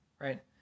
Right